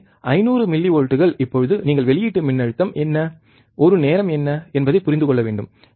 எனவே 500 மில்லிவோல்ட்கள் இப்போது நீங்கள் வெளியீட்டு மின்னழுத்தம் என்ன ஒரு நேரம் என்ன என்பதை புரிந்து கொள்ள வேண்டும்